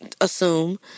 assume